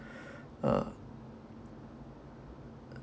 uh